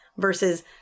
Versus